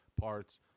parts